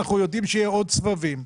אנחנו יודעים שיהיו עוד סבבים,